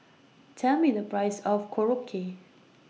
Tell Me The Price of Korokke